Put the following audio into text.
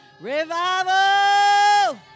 Revival